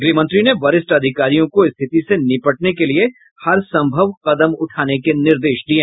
गृहमंत्री ने वरिष्ठ अधिकारियों को स्थिति से निपटने के लिए हरसंभव कदम उठाने के निर्देश दिये